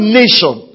nation